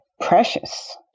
precious